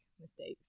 mistakes